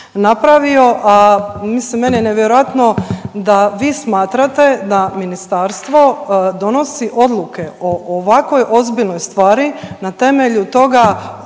napravio, a mislim meni je nevjerojatno da vi smatrate da ministarstvo donosi odluke o ovakvoj ozbiljnoj stvari na temelju toga